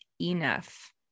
enough